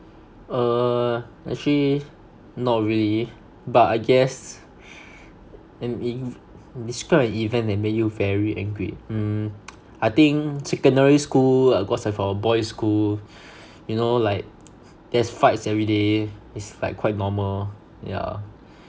err actually not really but I guess describe an event that make you very angry mm I think secondary school uh cause I from a boy school you know like there's fights everyday it's like quite normal yeah